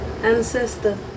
Ancestor